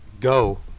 go